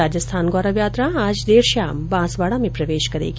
राजस्थान गौरव यात्रा आज देर शाम बांसवाडा में प्रवेश करेंगी